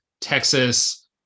Texas